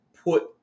put